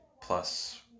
plus